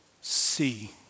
see